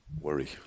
worry